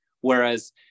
whereas